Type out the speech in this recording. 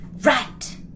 Right